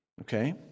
Okay